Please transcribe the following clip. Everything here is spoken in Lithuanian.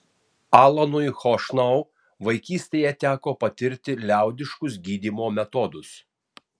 alanui chošnau vaikystėje teko patirti liaudiškus gydymo metodus